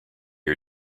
are